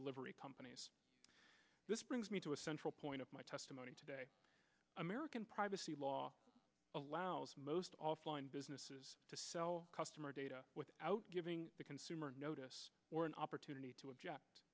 delivery companies this brings me to a central point of my testimony today american privacy law allows most offline businesses to sell customer data without giving the consumer notice or an opportunity to object